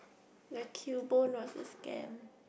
the cubone was a scam